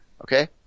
Okay